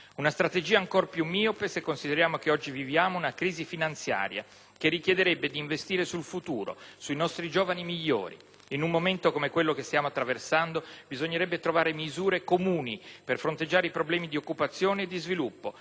una strategia ancor più miope, se consideriamo che oggi viviamo una crisi finanziaria che richiederebbe di investire sul futuro, sui nostri giovani migliori. In un momento come quello che stiamo attraversando, bisognerebbe trovare misure comuni per fronteggiare i problemi di occupazione e sviluppo,